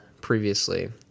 previously